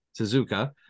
Suzuka